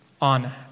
on